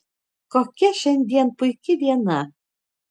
kokia šiandien puiki diena